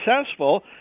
successful